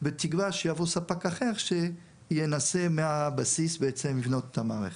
בתקווה שיבוא ספק אחר שינסה מהבסיס בעצם לבנות את המערכת.